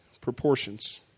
proportions